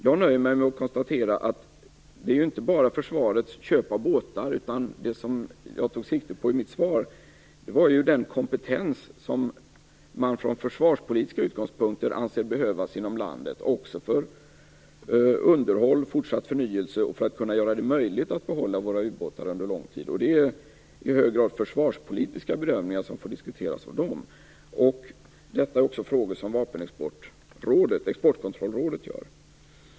Jag nöjer mig med att konstatera att det inte bara är försvarets köp av båtar som det handlar om, utan det som jag tog sikte på i mitt svar var den kompetens som man från försvarspolitiska utgångspunkter anser behövas inom landet också för underhåll, fortsatt förnyelse och för att kunna göra det möjligt att behålla våra ubåtar under långt tid. Det är i hög grad försvarspolitiska bedömningar som får diskuteras av dem. Detta är också frågor som Exportkontrollrådet gör.